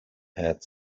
had